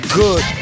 good